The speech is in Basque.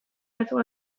batzuk